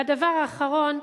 והדבר האחרון,